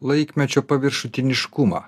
laikmečio paviršutiniškumą